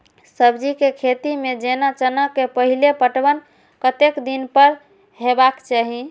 सब्जी के खेती में जेना चना के पहिले पटवन कतेक दिन पर हेबाक चाही?